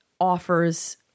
offers